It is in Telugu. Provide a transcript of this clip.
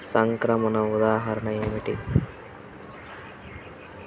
సంక్రమణ ఉదాహరణ ఏమిటి?